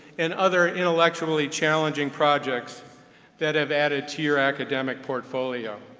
and other intellectually challenging projects that have added to your academic portfolio.